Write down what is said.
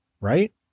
Right